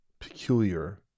peculiar